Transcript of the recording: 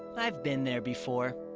i've been there before.